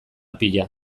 pila